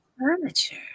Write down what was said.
furniture